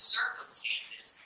circumstances